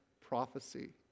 prophecy